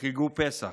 יחגגו פסח,